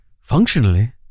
functionally